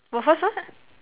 waffles what